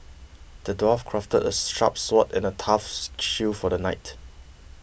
the dwarf crafted a sharp sword and a tough shield for the knight